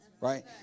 Right